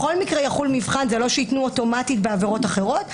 בכל מקרה יחול מבחן זה לא שייתנו אוטומטית בעבירות אחרות,